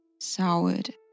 soured